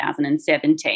2017